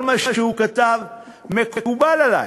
כל מה שהוא כתב מקובל עלי,